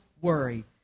worry